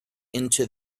into